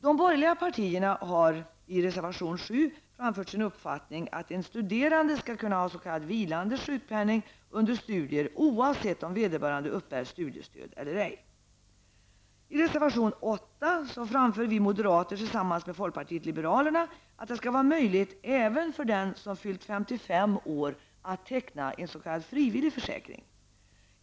De borgerliga partierna framför i reservation 7 sin uppfattning att en studerande skall kunna ha s.k. I reservation 8 framför vi moderater tillsammans med folkpartiet liberalerna att det skall vara möjligt även för den som har fyllt 55 år att teckna en frivillig försäkring.